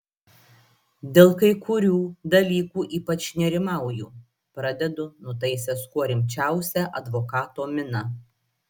dėl kai kurių dalykų ypač nerimauju pradedu nutaisęs kuo rimčiausią advokato miną